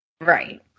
Right